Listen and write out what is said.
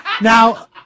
Now